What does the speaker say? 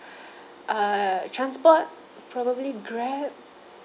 transport probably Grab